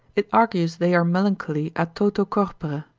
it argues they are melancholy, a toto corpore.